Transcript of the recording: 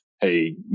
hey